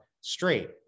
straight